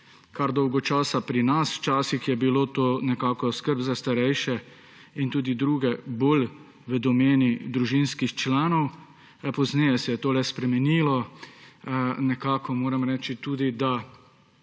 kar dolgo časa pri nas. Včasih je bila skrb za starejše in tudi druge bolj v domeni družinskih članov, pozneje se je to le spremenilo. Nekako moram reči tudi, da